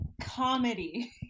comedy